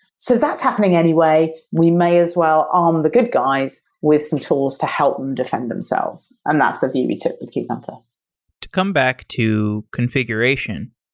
so that's happening anyway. we may as well arm the good guys with some tools to help them defend themselves, and that's the view we took with kube-hunter to come back to configuration,